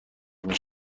خواهد